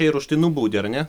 ir už tai nubaudė ar ne